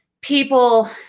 people